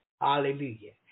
Hallelujah